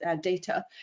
data